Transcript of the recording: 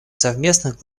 совместных